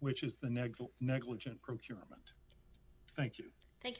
which is the next negligent procurement thank you thank